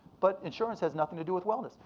but insurance has nothing to do with wellness.